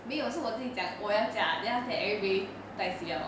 没有是我自己讲我要驾 then after that everybody lor